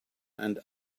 and